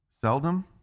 Seldom